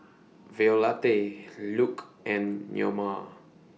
Violette Luke and Neoma